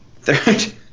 Third